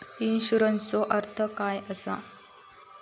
इन्शुरन्सचो अर्थ काय असा?